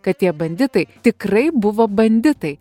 kad tie banditai tikrai buvo banditai